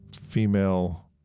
female